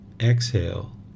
exhale